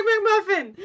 McMuffin